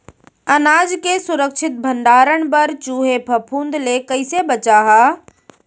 अनाज के सुरक्षित भण्डारण बर चूहे, फफूंद ले कैसे बचाहा?